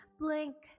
blink